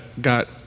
got